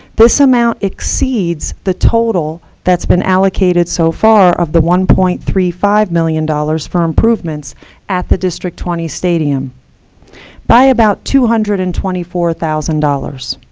this amount exceeds the total that's been allocated so far of the one point three five million dollars for improvements at the district twenty stadium by about two hundred and twenty four thousand dollars.